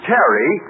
Terry